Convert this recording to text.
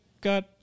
got